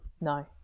No